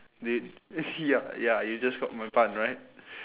it ya ya you just got my pun right